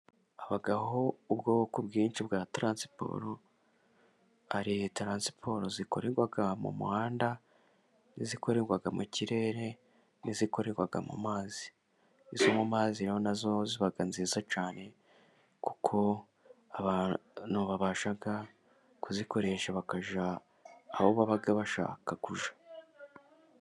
Habaho ubwoko bwinshi bwa taransiporo . Hari taransiporo zikorerwa mu muhanda, n'izikorerwa mu kirere n'izikorerwa mu mazi. Izo mu mazi na zo zibaga nziza cyane, kuko abantu babasha kuzikoresha bakajya aho baba bashaka kujya.